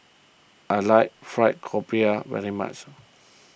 I like Fried Grouper very much